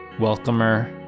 welcomer